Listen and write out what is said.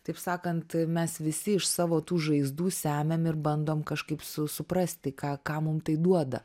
taip sakant mes visi iš savo tų žaizdų semiam ir bandom kažkaip su suprasti ką ką mum tai duoda